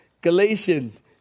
Galatians